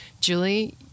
Julie